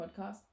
podcast